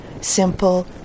simple